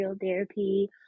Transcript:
therapy